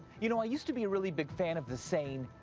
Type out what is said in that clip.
you know, i used to be a really big fan of the saying,